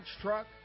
truck